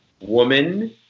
woman